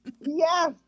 Yes